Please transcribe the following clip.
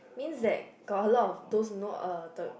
means that got a lot of those you know uh the